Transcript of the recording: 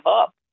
up